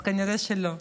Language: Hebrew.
אז כנראה שלא.